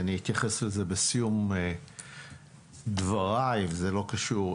אני אתייחס לזה בסיום דברי וזה לא קשור.